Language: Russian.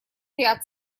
ряд